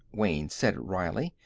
wayne said wryly.